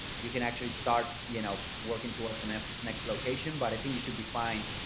you can actually start, you know, working towards the next next location, but i think you should be fine.